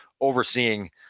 overseeing